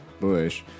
Bush